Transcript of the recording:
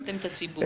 איבדתם את הציבור.